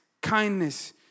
kindness